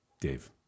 Dave